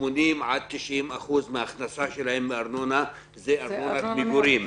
ש-80% 90% מן ההכנסה שלהן מארנונה היא מארנונת מגורים,